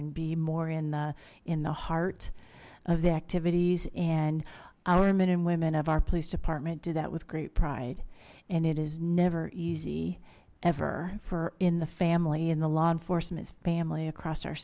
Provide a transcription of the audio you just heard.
and more in the in the heart of the activities and our men and women of our police department do that with great pride and it is never easy ever for in the family and the law enforcement family across our